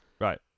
Right